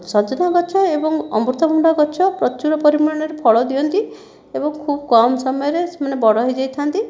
ସଜନା ଗଛ ଏବଂ ଅମୃତ ଭଣ୍ଡା ଗଛ ପ୍ରଚୁର ପରିମାଣରେ ଫଳ ଦିଅନ୍ତି ଏବଂ ଖୁବ କମ ସମୟରେ ସେମାନେ ବଡ଼ ହୋଇଯାଇଥାନ୍ତି